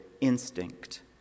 instinct